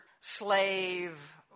slave